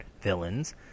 villains